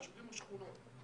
יישובים ושכונות,